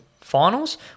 finals